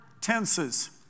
tenses